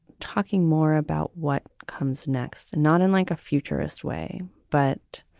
talking more about what comes next and not in like a futurist way, but.